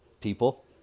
people